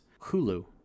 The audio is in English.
Hulu